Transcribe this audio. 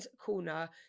corner